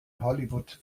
hollywood